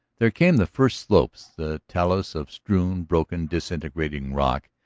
there came the first slopes, the talus of strewn, broken, disintegrating rock,